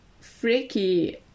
freaky